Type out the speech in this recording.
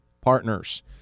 partners